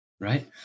right